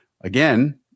Again